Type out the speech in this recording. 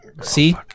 See